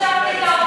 מי האשים את העובדים?